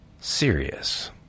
serious